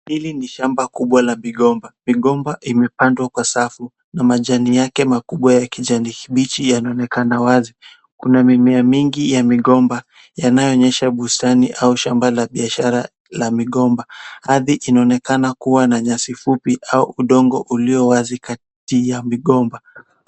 Hili ni shamba kubwa la migomba. Migomba imepandwa kwa safu na majani yake makubwa ya kijani kibichi yanaonekana wazi. Kuna mimea mingi ya migomba yanayoonyesha bustani au shamba ambalo la biashara ya migomba. Ardhi inaonekana ya nyasi fupi au udongo ulio wazi kati ya migomba.